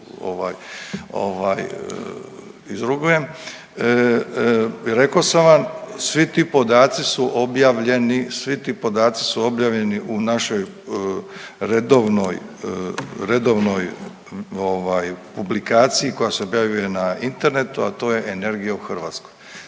su objavljeni, svi ti podaci su objavljeni u našoj redovnoj, redovnoj ovaj publikaciji koja se objavljuje na internetu, a to je Energija u Hrvatskoj.